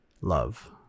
love